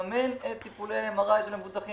והן צריכות לממן את טיפולי ה-MRI של המבוטחים.